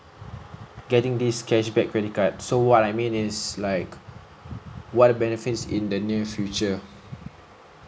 getting this cashback credit card so what I mean is like what benefits in the near future